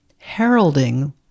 heralding